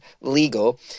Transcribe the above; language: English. legal